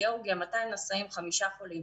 גיאורגיה 200 נשאים וחמישה חולים,